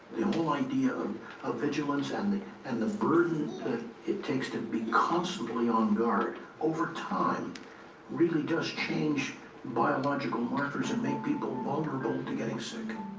whole idea of of vigilance and the and the burden it takes to be constantly on guard over time really does change biological markers, and make people vulnerable to getting sick.